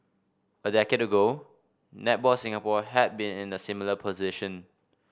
a decade ago Netball Singapore had been in a similar position